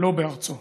שלא בארצו.